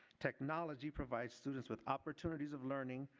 technology provides students with opportunities of learning,